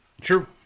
True